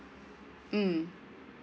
mm